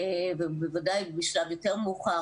ובוודאי בשלב יותר מאוחר?